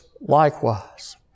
likewise